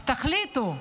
אז תחליטו,